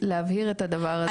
להבהיר את הדבר הזה.